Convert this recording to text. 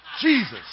Jesus